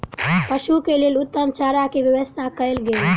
पशु के लेल उत्तम चारा के व्यवस्था कयल गेल